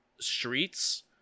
streets